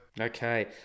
Okay